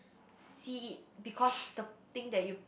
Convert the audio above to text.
see it because the thing that you